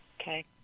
Okay